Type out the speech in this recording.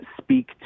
speak